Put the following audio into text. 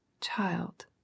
Child